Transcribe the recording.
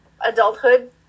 adulthood